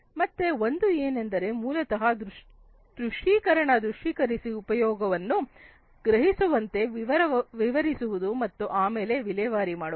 ಮತ್ತೆ ಒಂದು ಏನೆಂದರೆ ಮೂಲತಃ ದೃಶ್ಯೀಕರಣ ದೃಶ್ಯೀಕರಿಸಿ ಉಪಯೋಗವನ್ನು ಗ್ರಹಿಸುವಂತೆ ವಿವರಿಸುವುದು ಮತ್ತು ಆಮೇಲೆ ವಿಲೇವಾರಿ ಮಾಡುವುದು